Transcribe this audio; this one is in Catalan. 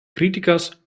crítiques